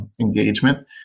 engagement